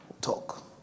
Talk